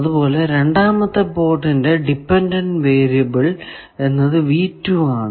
അതുപോലെ രണ്ടാമത്തെ പോർട്ടിലെ ഡിപെൻഡന്റ് വേരിയബിൾ എന്നത് ആണ്